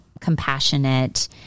compassionate